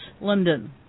London